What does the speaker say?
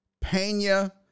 Pena